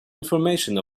information